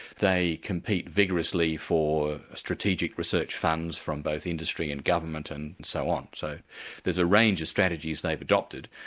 they compete vigorously for strategic research funds from both industry and government, and so on. so there's a range of strategies they've adopted,